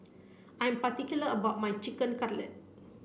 I'm particular about my Chicken Cutlet